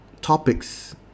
topics